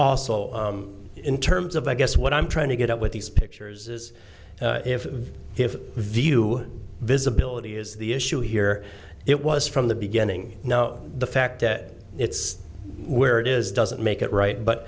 also in terms of i guess what i'm trying to get up with these pictures is if if the you visibility is the issue here it was from the beginning now the fact that it's where it is doesn't make it right but